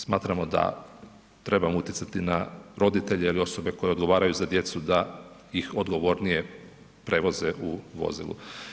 Smatramo da trebamo utjecati na roditelje ili roditelje koje odgovaraju za djecu da ih odgovornije prevoze u vozilu.